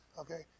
Okay